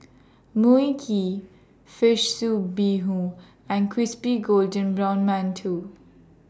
Mui Kee Fish Soup Bee Hoon and Crispy Golden Brown mantou